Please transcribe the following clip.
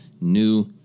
new